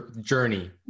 journey